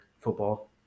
football